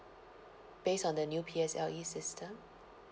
based on the new P_S_L_E system